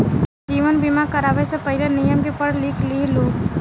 जीवन बीमा करावे से पहिले, नियम के पढ़ लिख लिह लोग